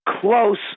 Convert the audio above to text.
close